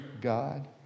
God